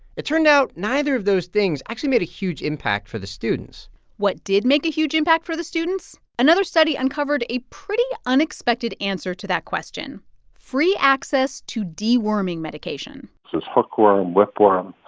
it turned out neither of those things actually made a huge impact for the students what did make a huge impact for the students? another study uncovered a pretty unexpected answer to that question free access to deworming medication this is hookworm, whipworm,